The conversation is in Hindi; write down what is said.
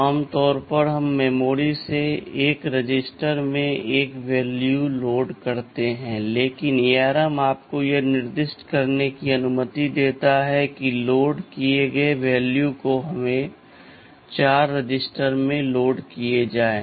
आम तौर पर हम मेमोरी से एक रजिस्टर में एक वैल्यू लोड करते हैं लेकिन ARM आपको यह निर्दिष्ट करने की अनुमति देता है कि लोड किए गए वैल्यू को हमें 4 रजिस्टर में लोड किए जाएगा